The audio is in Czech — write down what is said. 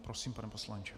Prosím, pane poslanče.